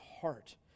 heart